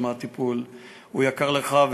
הטיפול יקר לך,